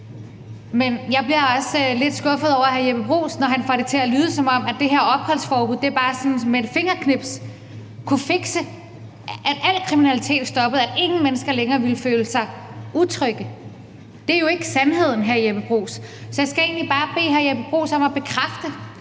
Men jeg bliver også lidt skuffet over hr. Jeppe Bruus, når han får det til at lyde, som om det her opholdsforbud bare med et fingerknips kunne fikse, at al kriminalitet stoppede, og at ingen mennesker længere ville føle sig utrygge. Det er jo ikke sandheden, vil jeg sige til hr. Jeppe Bruus. Så jeg skal egentlig bare bede hr. Jeppe Bruus om at bekræfte,